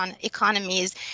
economies